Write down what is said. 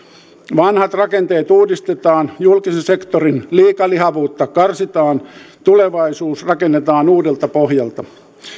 vanhat rakenteet uudistetaan julkisen sektorin liikalihavuutta karsitaan tulevaisuus rakennetaan uudelta pohjalta